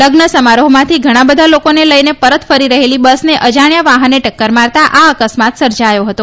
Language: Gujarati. લગ્ન સમારોહમાંથી ઘણા બધાં લોકોને લઈને પરત ફરી રહેલી બસને અજાલ્યા વાહને ટક્કર મારતા આ અકસ્માત સર્જાયો હતો